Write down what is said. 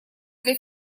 для